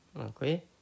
Okay